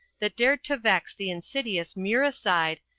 that dared to vex the insidious muricide,